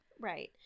Right